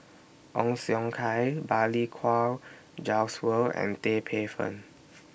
Ong Siong Kai Balli Kaur Jaswal and Tan Paey Fern